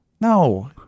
No